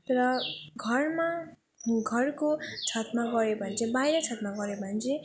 तर घरमा घरको छतमा गऱ्यो भने चाहिँ बाहिर छतमा गऱ्यो भने चाहिँ